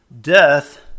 Death